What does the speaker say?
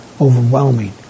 Overwhelming